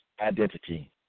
identity